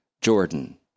Jordan